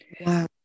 Wow